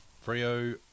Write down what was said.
Frio